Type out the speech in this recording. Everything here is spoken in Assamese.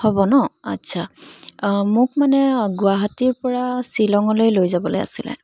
হ'ব ন আচ্ছা মোক মানে গুৱাহাটীৰ পৰা শ্বিলঙলৈ লৈ যাবলৈ আছিলে